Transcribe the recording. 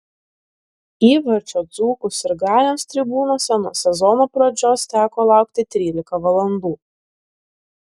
įvarčio dzūkų sirgaliams tribūnose nuo sezono pradžios teko laukti trylika valandų